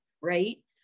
right